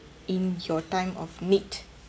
in your time of need